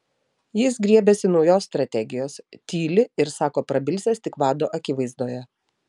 jis griebiasi naujos strategijos tyli ir sako prabilsiąs tik vado akivaizdoje